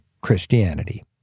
Christianity